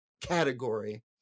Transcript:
category